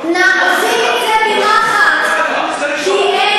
עושים את זה בנחת כי אין,